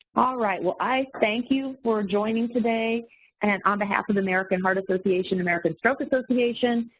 alright, well i thank you for joining today and on behalf of american heart association, american stroke association,